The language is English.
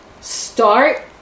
start